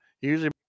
usually